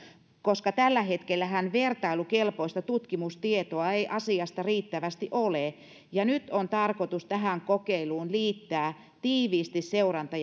koska tällä hetkellähän vertailukelpoista tutkimustietoa ei asiasta riittävästi ole ja nyt on tarkoitus tähän kokeiluun liittää tiiviisti seuranta